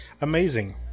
amazing